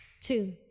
two